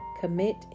Commit